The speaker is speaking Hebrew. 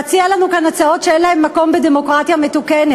להציע לנו כאן הצעות שאין להן מקום בדמוקרטיה מתוקנת.